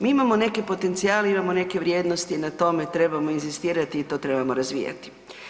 Mi imamo neke potencijale, imamo neke vrijednosti, na tome trebamo inzistirati i to trebamo razvijati.